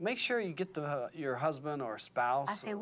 make sure you get them your husband or spouse as they